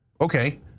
Okay